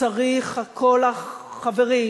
צריך שכל החברים,